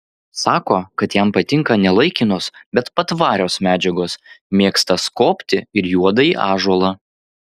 sako kad jam patinka ne laikinos bet patvarios medžiagos mėgsta skobti ir juodąjį ąžuolą